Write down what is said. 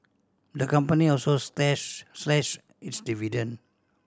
the company also slashed its dividend